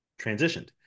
transitioned